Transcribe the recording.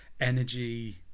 energy